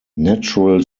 natural